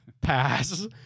Pass